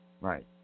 Right